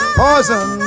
poison